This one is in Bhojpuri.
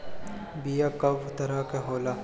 बीया कव तरह क होला?